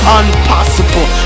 impossible